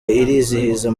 irizihiza